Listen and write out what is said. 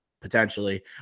potentially